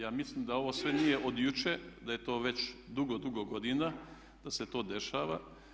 Ja mislim da ovo sve nije od jučer, da je to već dugo, dugo godina, da se to dešava.